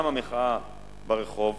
גם המחאה ברחוב,